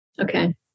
Okay